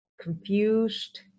confused